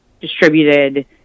distributed